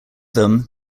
them